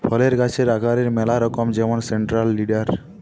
ফলের গাছের আকারের ম্যালা রকম যেমন সেন্ট্রাল লিডার